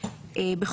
התשנ"ד-1994,